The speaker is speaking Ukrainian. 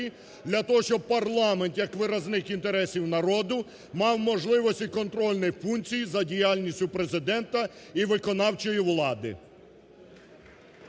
для того, щоб парламент як виразник інтересів народу мав можливості контрольної функції за діяльністю Президента і виконавчої влади.